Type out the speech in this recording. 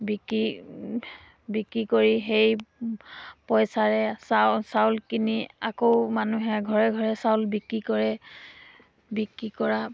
বিকি বিক্ৰী কৰি সেই পইচাৰে চাউ চাউল কিনি আকৌ মানুহে ঘৰে ঘৰে চাউল বিক্ৰী কৰে বিক্ৰী কৰা